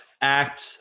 act